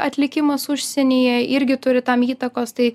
atlikimas užsienyje irgi turi tam įtakos tai